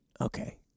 Okay